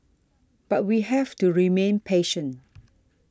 but we have to remain patient